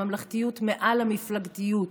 הממלכתיות מעל המפלגתיות,